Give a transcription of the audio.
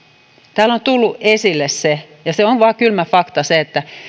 täällä on tullut esille se ja se on vain kylmä fakta että